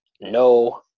no